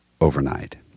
overnight